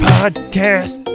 Podcast